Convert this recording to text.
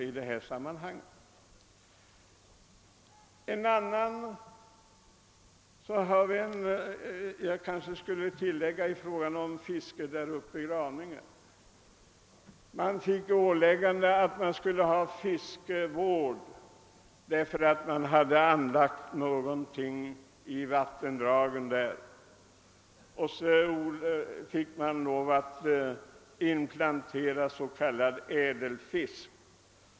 Jag kanske skulle tillägga beträffande fisket där uppe i Graninge, att man vid dämningsmedgivande fick åläggande om fiskevård. Därför har det anlagts fiskodlingar i vattendragen där, och sedan har man inplanterat s.k. ädelfisk.